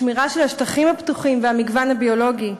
שמירה של השטחים הפתוחים והמגוון הביולוגי,